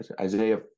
isaiah